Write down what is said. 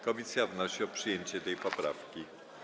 Komisja wnosi o przyjęcie tej poprawki.